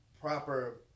proper